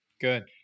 Good